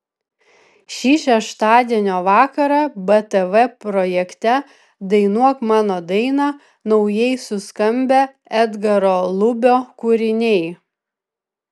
šį šeštadienio vakarą btv projekte dainuok mano dainą naujai suskambę edgaro lubio kūriniai